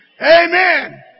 Amen